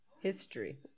History